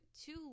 two